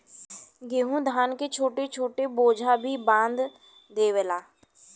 गेंहू धान के छोट छोट बोझा भी बांध देवला